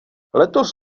letos